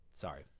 Sorry